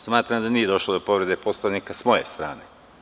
Smatram da nije došlo do povrede Poslovnika sa moje strane.